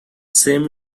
same